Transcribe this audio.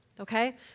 okay